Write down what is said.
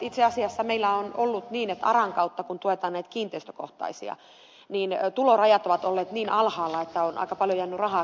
itse asiassa meillä on ollut niin että aran kautta kun tuetaan näitä kiinteistökohtaisia niin tulorajat ovat olleet niin alhaalla että on aika paljon jäänyt rahaa käyttämättä